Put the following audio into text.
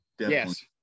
Yes